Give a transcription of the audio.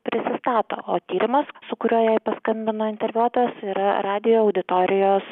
prisistato o tyrimas su kuriuo jai paskambina interviuotojas yra radijo auditorijos